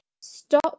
stop